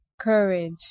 courage